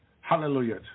Hallelujah